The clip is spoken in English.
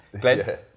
Glenn